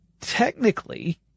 technically